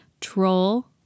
Troll